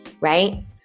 right